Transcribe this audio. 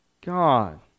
God